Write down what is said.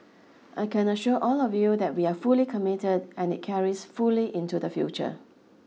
I can assure all of you that we are fully committed and it carries fully into the future